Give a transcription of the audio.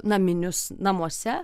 naminius namuose